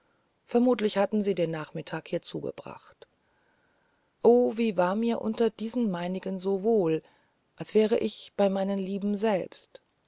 vermutlich hatten sie den nachmittag hier zugebracht o wie war mir unter diesen meinigkeiten so wohl als wäre ich bei meinen lieben selbst